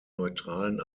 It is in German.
neutralen